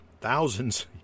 thousands